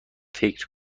فکر